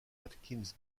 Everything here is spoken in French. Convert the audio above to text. watkins